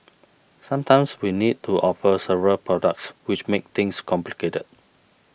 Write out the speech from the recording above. sometimes we needed to offer several products which made things complicated